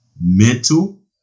mental